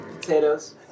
Potatoes